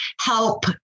help